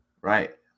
Right